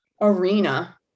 arena